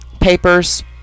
Papers